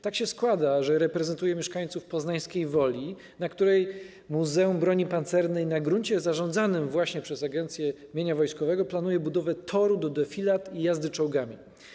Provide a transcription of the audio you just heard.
Tak się składa, że reprezentuję poznańską Wolę, na której Muzeum Broni Pancernej, na gruncie zarządzanym właśnie przez Agencję Mienia Wojskowego, planuje budowę toru do defilad i jazdy czołgami.